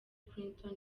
clinton